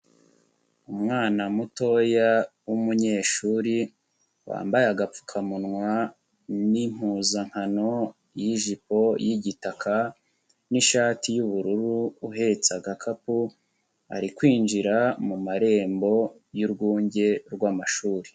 Umwana mutoya w'umunyeshuri wambaye agapfukamunwa n'impuzankano y'ijipo y'igitaka n'ishati y'ubururu uhetse agakapu ari kwinjira mu marembo y'urwunge rw'amashuri.